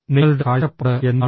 നിങ്ങളുടെ കാഴ്ചപ്പാട് എന്താണ്